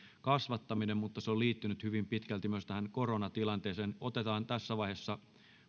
kasvattaminen mutta se on liittynyt hyvin pitkälti myös tähän koronatilanteeseen otetaan tässä vaiheessa